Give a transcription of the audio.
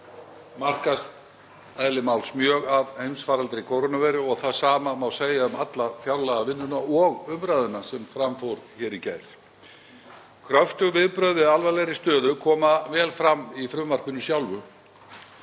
markast eðli máls samkvæmt mjög af heimsfaraldri kórónuveiru og það sama má segja um alla fjárlagavinnuna og umræðuna sem fram fór hér í gær. Kröftug viðbrögð við alvarlegri stöðu koma vel fram í frumvarpinu sjálfu